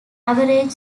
average